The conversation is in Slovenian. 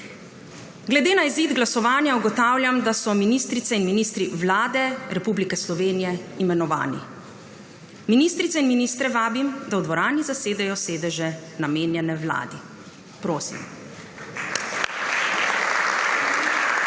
Glede na izid glasovanja ugotavljam, da so ministrice in ministri Vlade Republike Slovenije imenovani. Ministrice in ministre vabim, da v dvorani zasedejo sedeže, namenjene vladi. Prosim.